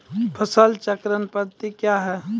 फसल चक्रण पद्धति क्या हैं?